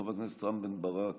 חבר הכנסת רם בן ברק,